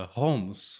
homes